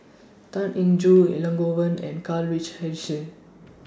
Tan Eng Joo Elangovan and Karl Richard